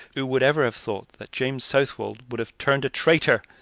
who would ever have thought that james southwold would have turned a traitor!